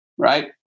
Right